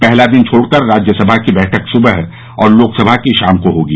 पहला दिन छोड़कर राज्यसभा की बैठक सुबह और लोकसभा की शाम को होगी